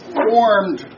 formed